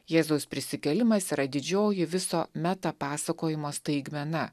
jėzaus prisikėlimas yra didžioji viso meta pasakojimo staigmena